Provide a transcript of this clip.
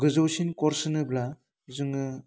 गोजौसिन कर्स होनोब्ला जोङो